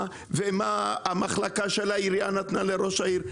ומה המחלקה של העירייה נתנה לראש העיר.